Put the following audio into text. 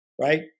right